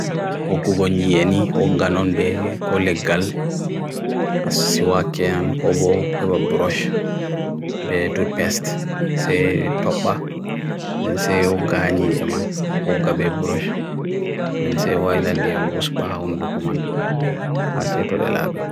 o kogo nyi eni, o gganon be kollegal asi wa ke an ko bo wewa broosh be toot pest se top ba, then se o ggan nyi e man, o gga be broosh then se wa ilan di an wusba hundu koman, ase to le labi